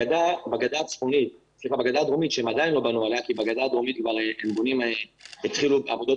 בגדה הדרומית שהם עדיין לא בנו עליה כי בגדה הדרומית התחילו עבודות